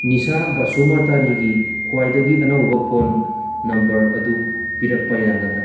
ꯅꯤꯁꯥ ꯕꯁꯨꯃꯇꯔꯤꯒꯤ ꯈ꯭ꯋꯥꯏꯗꯒꯤ ꯑꯅꯧꯕ ꯐꯣꯟ ꯅꯝꯕꯔ ꯑꯗꯨ ꯄꯤꯔꯛꯄ ꯌꯥꯒꯗ꯭ꯔꯥ